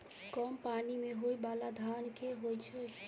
कम पानि मे होइ बाला धान केँ होइ छैय?